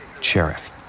Sheriff